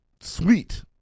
sweet